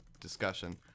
discussion